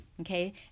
okay